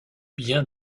bien